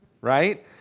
Right